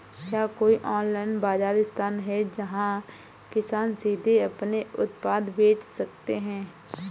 क्या कोई ऑनलाइन बाज़ार स्थान है जहाँ किसान सीधे अपने उत्पाद बेच सकते हैं?